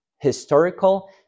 historical